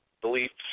beliefs